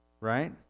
Right